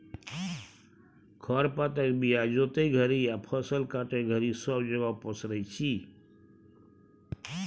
खर पातक बीया जोतय घरी या फसल काटय घरी सब जगह पसरै छी